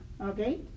okay